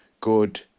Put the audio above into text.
good